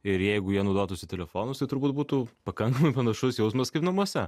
ir jeigu jie naudotųsi telefonais tai turbūt būtų pakankamai panašus jausmas kaip namuose